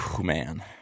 man